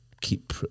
keep